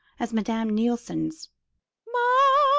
as madame nilsson's m'ama!